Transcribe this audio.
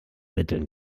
mitteln